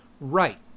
Right